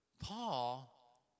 Paul